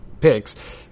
picks